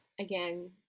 again